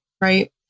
right